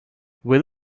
will